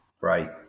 right